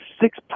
six